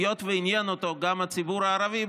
היות שעניין אותו גם הציבור הערבי,